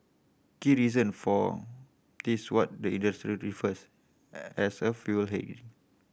key reason for this what the industry refers as a fuel hedge